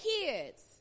kids